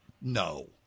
No